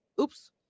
oops